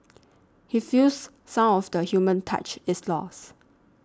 he feels some of the human touch is lost